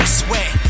sweat